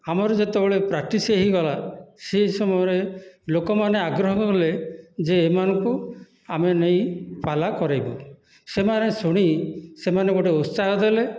ଆମର ଯେତେବେଳେ ପ୍ରାକଟିସ୍ ହୋଇଗଲା ସେଇ ସମୟରେ ଲୋକମାନେ ଆଗ୍ରହ କଲେ ଯେ ଏମାନଙ୍କୁ ଆମେ ନେଇ ପାଲା କରାଇବୁ ସେମାନେ ଶୁଣି ସେମାନେ ଗୋଟିଏ ଉତ୍ସାହ ଦେଲେ